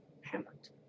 Hamlet